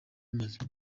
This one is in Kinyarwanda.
bimaze